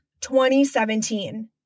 2017